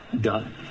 Done